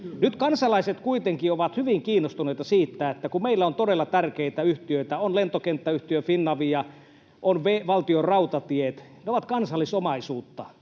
Nyt kansalaiset kuitenkin ovat hyvin kiinnostuneita siitä, että kun meillä on todella tärkeitä yhtiöitä, on lentokenttäyhtiö Finavia, on Valtionrautatiet — ne ovat kansallisomaisuutta